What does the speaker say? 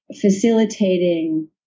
facilitating